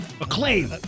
Acclaim